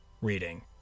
reading